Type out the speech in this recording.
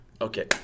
Okay